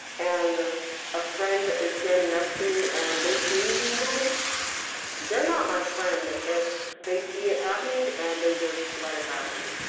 and a friend is next to me, and they see me being bullied they're not my friend if they see it happening and they just let it happen.